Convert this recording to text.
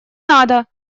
надо